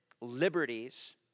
liberties